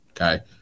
okay